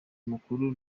mukuru